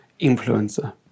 influencer